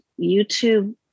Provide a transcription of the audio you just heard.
YouTube